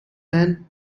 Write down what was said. man